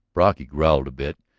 brocky growled a bit,